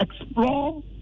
explore